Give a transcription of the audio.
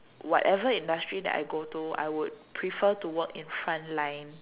whatever industry that I go to I would prefer to work in front line